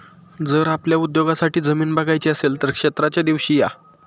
जर आपल्याला उद्योगासाठी जमीन बघायची असेल तर क्षेत्राच्या दिवशी या